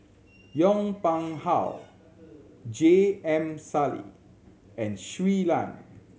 Yong Pung How J M Sali and Shui Lan